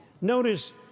Notice